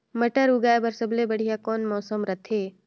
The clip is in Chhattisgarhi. मटर उगाय बर सबले बढ़िया कौन मौसम रथे?